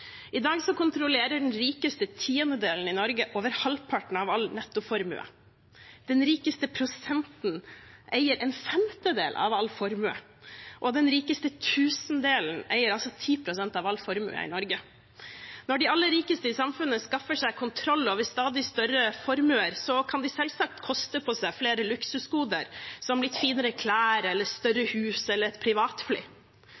I dag kontrollerer den rikeste tiendedelen i Norge over halvparten av all nettoformue. Den rikeste prosenten eier en femtedel av all formue, og den rikeste tusendelen eier 10 pst. av all formue i Norge. Når de aller rikeste i samfunnet skaffer seg kontroll over stadig større formuer, kan de selvsagt koste på seg flere luksusgoder, som litt finere klær, større hus eller